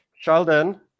Sheldon